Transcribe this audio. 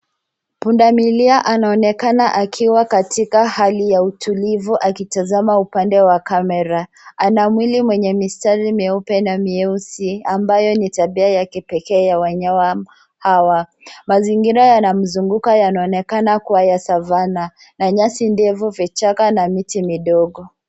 Punda milia anaonekana akiwa katika hali ya utulivu akitazama upande wa kamera. Ana mwili wenye mistari mieupe na mieusi ambayo ni tabia yake pekee ya wanyma hawa. Mazingira yanamzunguka yanaonekana kuwa ya savana na nyasi ndefu, vichaka na miti midogo.